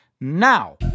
now